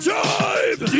time